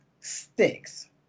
sticks